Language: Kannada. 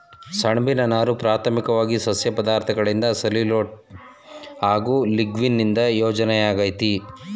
ಸೆಣ್ಬಿನ ನಾರು ಪ್ರಾಥಮಿಕ್ವಾಗಿ ಸಸ್ಯ ಪದಾರ್ಥಗಳಾದ ಸೆಲ್ಯುಲೋಸ್ಗಳು ಹಾಗು ಲಿಗ್ನೀನ್ ನಿಂದ ರಚನೆಯಾಗೈತೆ